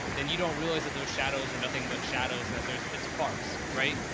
then you don't realize that those shadows are nothing but shadows and that there's, it's a farce, right?